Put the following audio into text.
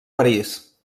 parís